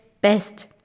best